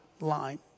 line